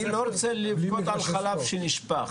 אני לא רוצה לבכות על חלב שנשפך.